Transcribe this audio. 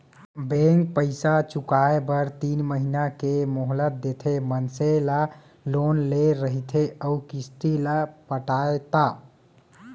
bank पइसा चुकाए बर तीन महिना के मोहलत देथे मनसे ला लोन ले रहिथे अउ किस्ती ल पटाय ता